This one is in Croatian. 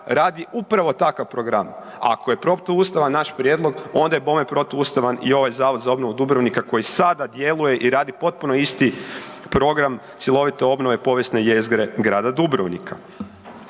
radi upravo takav program. A ako je protuustavan naš prijedlog, onda je bome protuustavan i ovaj Zavod za obnovu Dubrovnika koji sada djeluje i radi potpuno isti program cjelovite obnove povijesne jezgre grada Dubrovnika.